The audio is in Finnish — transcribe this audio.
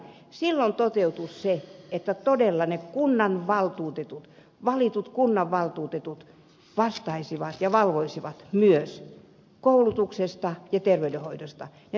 silloin toteutuisi se että todella ne kunnanvaltuutetut valitut kunnanvaltuutetut vastaisivat koulutuksesta ja terveydenhoidosta ja valvoisivat myös niitä